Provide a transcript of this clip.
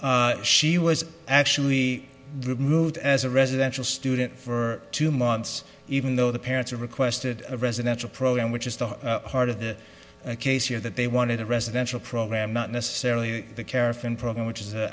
missed she was actually removed as a residential student for two months even though the parents have requested a residential program which is the heart of the case here that they wanted a residential program not necessarily the care from program which is